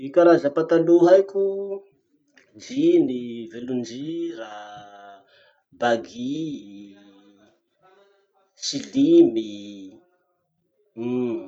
Ty karaza pataloha haiko: jeans, velondrira, baggy, slim, uhm.